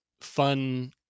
fun